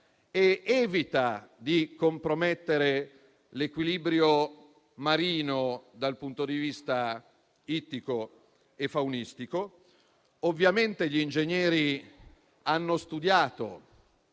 ed evita di compromettere l'equilibrio marino, dal punto di vista ittico e faunistico. Ovviamente, gli ingegneri hanno studiato